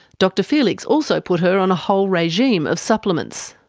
dr felix also put her on a whole regime of supplements.